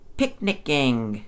picnicking